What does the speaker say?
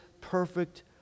perfect